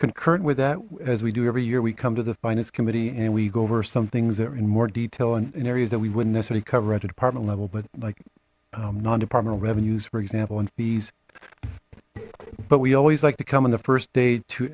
concurrent with that as we do every year we come to the finance committee and we go over some things there in more detail and in areas that we wouldn't necessarily cover at the department level but like non departmental revenues for example in fees but we always like to come in the first day to